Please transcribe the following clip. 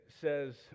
says